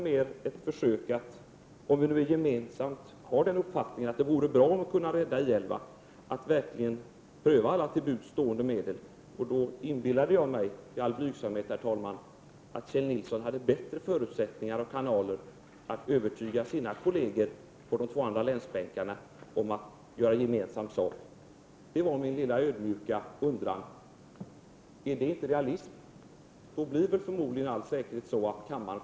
Men om vi nu gemensamt har uppfattningen att det vore bra att vi kunde rädda I 11, tycker jag att det är värt att pröva alla till buds stående medel. Då inbillade jag mig i all blygsamhet, herr talman, att Kjell Nilsson hade bättre förutsättningar att övertyga sina kolleger på de två andra länsbänkarna om att göra gemensam sak. Det var min lilla ödmjuka = Prot. 1989/90:46 undran. 14 december 1989 Är det inte realism? Då blir det med största sannolikhet så att kammaren.